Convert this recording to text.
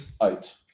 out